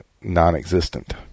non-existent